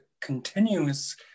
continuous